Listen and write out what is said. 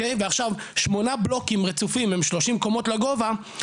ועכשיו שמונה בלוקים רצופים הם 30 קומות לגובה,